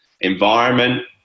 environment